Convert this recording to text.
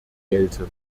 gelten